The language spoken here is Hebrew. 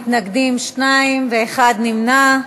מתנגדים, 2, ואחד נמנע.